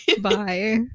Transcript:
bye